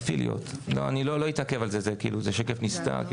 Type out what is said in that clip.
אני לא אתעכב על זה, זה שקף נסתר.